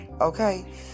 okay